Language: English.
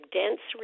dense